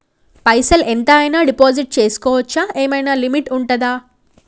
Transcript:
పైసల్ ఎంత అయినా డిపాజిట్ చేస్కోవచ్చా? ఏమైనా లిమిట్ ఉంటదా?